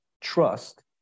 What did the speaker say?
trust